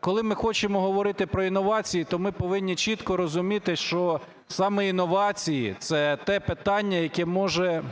коли ми хочемо говорити про інновації, то ми повинні чітко розуміти, що саме інновації – це те питання, яке може